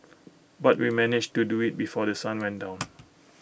but we managed to do IT before The Sun went down